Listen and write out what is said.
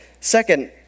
Second